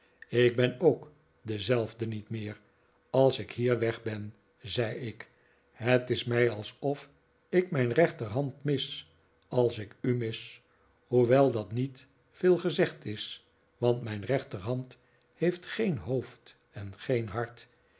ik ben ook dezelfde niet meer als ik hier weg ben zei ik het is mij alsof ik mijn rechterhand mis als ik u mis hoewel dat niet veel gezegd is want mijn rechterhand heeft geen hobfd en geen hart